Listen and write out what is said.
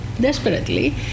desperately